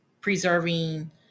preserving